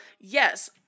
yes